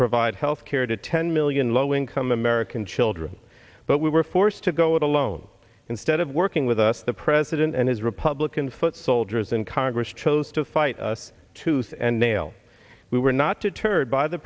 provide health care to ten million low income american children but we were forced to go it alone instead of working with us the president and his republican foot soldiers and congress chose to fight us to sit and nail we were not deterred by the